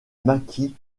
maquis